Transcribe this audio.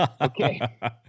Okay